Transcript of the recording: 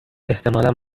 احتمالا